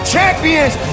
Champions